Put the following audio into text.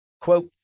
Quote